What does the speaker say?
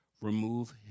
remove